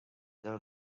there